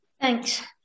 Thanks